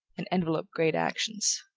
and envelope great actions.